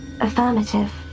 Affirmative